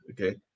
okay